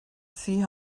see